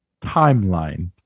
Timeline